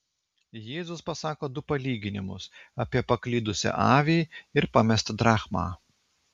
jėzus pasako du palyginimus apie paklydusią avį ir pamestą drachmą